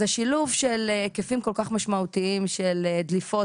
אז השילוב של היקפים כל כך משמעותיים של דליפות,